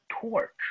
torch